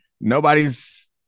nobody's